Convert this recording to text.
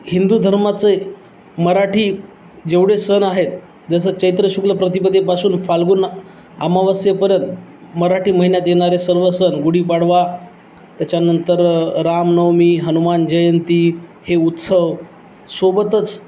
हिंदू धर्माचे मराठी जेवढे सण आहेत जसं चैत्रशुक्ल प्रतिपदेपासून फाल्गुन मा अमावास्येपर्यंत मराठी महिन्यात येणारे सर्व सण गुढीपाडवा त्याच्यानंतर रामनवमी हनुमान जयंती हे उत्सव सोबतच